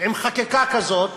עם חקיקה כזאת,